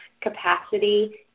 capacity